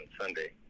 Sunday